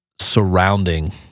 surrounding